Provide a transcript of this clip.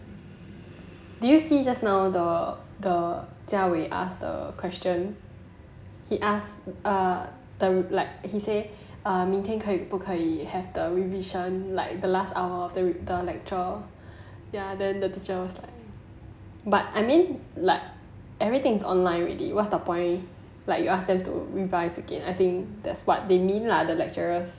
did you see just now the the jia wei ask the question he asked err the like he say 明天可以不可以 have the revision like the last hour of the lecture ya then the teacher was like but I mean like everything's online already what's the point like you ask them to revise again I think that's what they mean lah the lecturers